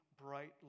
bright